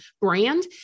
brand